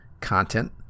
content